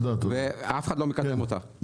אף אחד לא מקדם אותה.